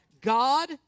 God